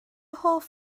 hoff